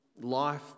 life